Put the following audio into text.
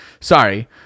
Sorry